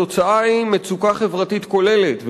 התוצאה היא מצוקה חברתית כוללת.